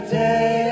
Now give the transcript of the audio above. day